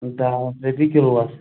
دَہ رۄپیہِ کِلوٗوَس